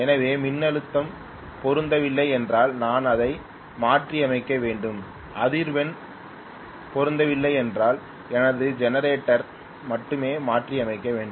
எனவே மின்னழுத்தம் பொருந்தவில்லை என்றால் நான் அதை மாற்றியமைக்க வேண்டும் அதிர்வெண் பொருந்தவில்லை என்றால் எனது ஜெனரேட்டரை மட்டுமே மாற்றியமைக்க வேண்டும்